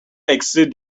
exceeds